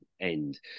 end